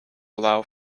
allow